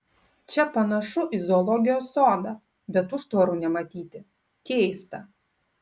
čia panašu į zoologijos sodą bet užtvarų nematyti keista